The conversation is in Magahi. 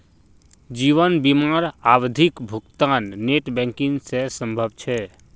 जीवन बीमार आवधिक भुग्तान नेट बैंकिंग से संभव छे?